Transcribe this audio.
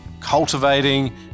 cultivating